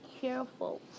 careful